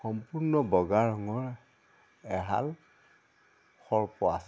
সম্পূৰ্ণ বগা ৰঙৰ এহাল সৰ্প আছে